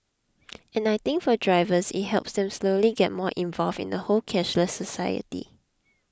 and I think for drivers it helps them slowly get more involved in the whole cashless society